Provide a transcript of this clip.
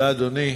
תודה, אדוני.